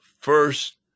first